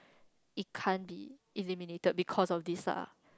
it can't be eliminated because of this lah